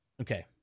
Okay